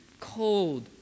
cold